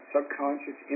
subconscious